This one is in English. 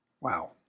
Wow